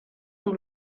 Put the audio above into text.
amb